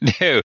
no